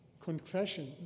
Confession